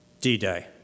D-Day